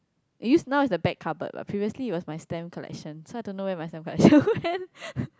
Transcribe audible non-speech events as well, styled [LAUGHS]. it use now is a back cupboard but previously it was my stamp collection so I don't know where my stamp collection [LAUGHS] went